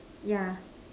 yeah